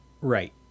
Right